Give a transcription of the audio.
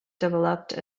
developed